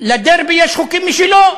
ולדרבי יש חוקים משלו.